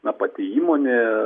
na pati įmonė